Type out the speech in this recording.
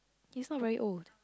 he's not very old